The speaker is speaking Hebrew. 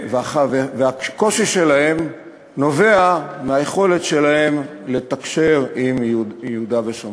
והקושי שלהם הוא ביכולת שלהם לתקשר עם יהודה ושומרון.